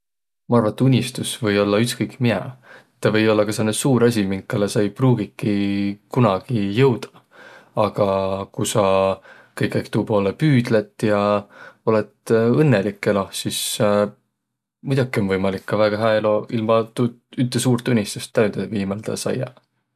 Maq arva, et unistus või ollaq ütskõik miä. Tuu või ollaq ka sääne suur asi, minkalõ saq ei pruugikiq kunagi jõudaq. Aga ku saq kõikaig tuu poolõ püüdlet ja olõt õnnõlik eloh, sis muidokiq om võimalik ka väega hää elo ilma tuud ütte suurt unistust täüde viimäldäq saiaq.